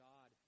God